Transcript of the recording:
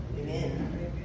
Amen